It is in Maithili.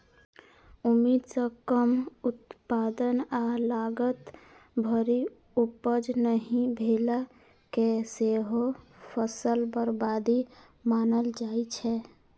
उम्मीद सं कम उत्पादन आ लागत भरि उपज नहि भेला कें सेहो फसल बर्बादी मानल जाइ छै